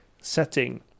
setting